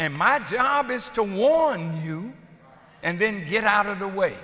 and my job is to warn you and then get out of the way